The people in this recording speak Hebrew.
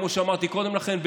כמו שאמרתי קודם לכן,